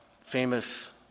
famous